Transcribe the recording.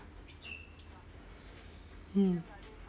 mm